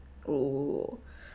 oh